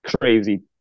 crazy